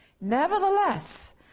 Nevertheless